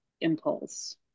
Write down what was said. impulse